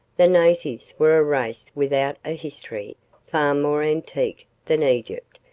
the natives were a race without a history, far more antique than egypt,